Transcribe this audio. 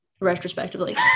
retrospectively